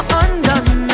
undone